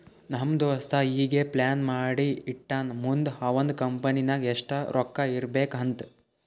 ನಮ್ ದೋಸ್ತ ಈಗೆ ಪ್ಲಾನ್ ಮಾಡಿ ಇಟ್ಟಾನ್ ಮುಂದ್ ಅವಂದ್ ಕಂಪನಿ ನಾಗ್ ಎಷ್ಟ ರೊಕ್ಕಾ ಇರ್ಬೇಕ್ ಅಂತ್